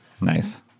Nice